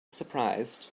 surprised